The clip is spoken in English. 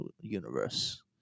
universe